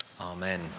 amen